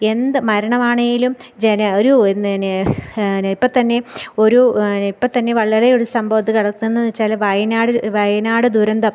എന്ത് മരണം ആണെങ്കിലും ജന ഒരു പിന്നെ പിന്നെ ഇപ്പം തന്നെയും ഒരു ഇപ്പം തന്നെ വളരെ ഒരു സംഭവത്ത് നടക്കുന്നതെന്ന് വെച്ചാൽ വയനാട് വയനാട് ദുരന്തം